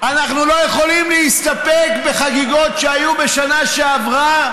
אנחנו לא יכולים להסתפק בחגיגות שהיו בשנה שעברה